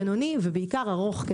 בינוני ובעיקר ארוך,